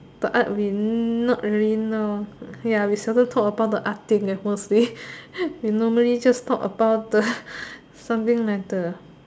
but art we not really know ya we seldom talk about the art thing eh mostly we normally just talk about the something like the